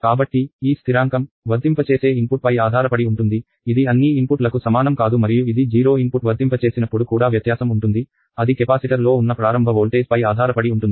కాబట్టి ఈ స్థిరాంకం వర్తింపచేసే ఇన్పుట్పై ఆధారపడి ఉంటుంది ఇది అన్నీ ఇన్పుట్ లకు సమానం కాదు మరియు ఇది 0 ఇన్పుట్ వర్తింపచేసినప్పుడు కూడా వ్యత్యాసం ఉంటుంది అది కెపాసిటర్ లో ఉన్న ప్రారంభ వోల్టేజ్ పై ఆధారపడి ఉంటుంది